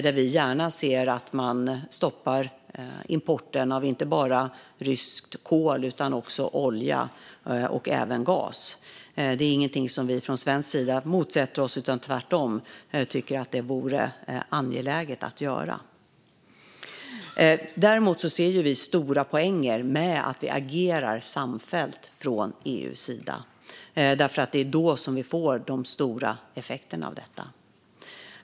Vi ser gärna att man stoppar importen inte bara av ryskt kol utan även av rysk olja och gas. Det är ingenting vi från svensk sida motsätter oss, utan tvärtom tycker vi att det vore angeläget att göra. Däremot ser vi stora poänger med att vi agerar samfällt från EU:s sida, för det är då vi får de stora effekterna av detta.